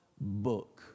book